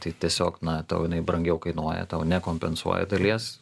tai tiesiog na tau jinai brangiau kainuoja tau nekompensuoja dalies